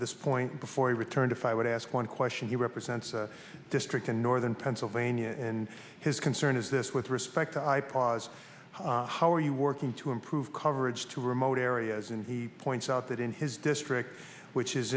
this point before he returned if i would ask one question he represents a district in northern pennsylvania and his concern is this with respect to i pause how are you and to improve coverage to remote areas and he points out that in his district which is